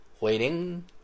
Waiting